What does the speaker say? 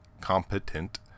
competent